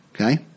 Okay